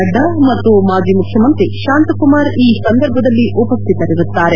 ನಡ್ಡಾ ಮತ್ತು ಮಾಜಿ ಮುಖ್ಲಮಂತ್ರಿ ಶಾಂತ್ಕುಮಾರ್ ಈ ಸಂದರ್ಭದಲ್ಲಿ ಉಪಸ್ಥಿತರಿರುತ್ತಾರೆ